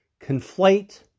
conflate